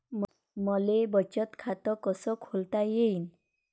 मले बचत खाते कसं खोलता येईन?